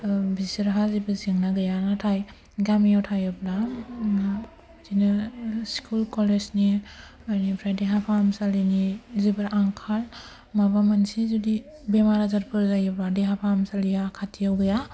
बिसोरहा जेबो जेंना गैया नाथाय गामियाव थायोब्ला बिदिनो स्कुल कलेजनि बेनिफ्राय देहा फाहामसालिनि जोबोर आंखाल माबा मोनसे जुदि बेमार आजारफोर जायोब्ला देहा फाहामसालिआ खाथियाव गैया